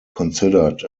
considered